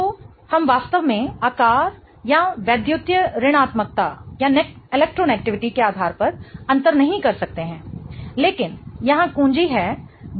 तो हम वास्तव में आकार या वैद्युतीयऋणात्मकता के आधार पर अंतर नहीं कर सकते हैं लेकिन यहाँ कुंजी है